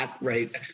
right